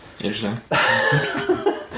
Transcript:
Interesting